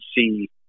see